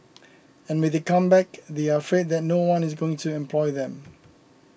and when they come back they are afraid that no one is going to employ them